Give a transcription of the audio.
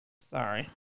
sorry